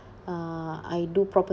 uh I do proper~